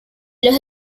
los